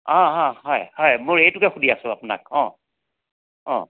হয় হয় মই এইটোকে সুধি আছো আপোনাক অঁ অঁ